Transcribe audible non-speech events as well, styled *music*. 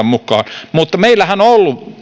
*unintelligible* mukaan meillähän on ollut